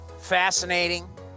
fascinating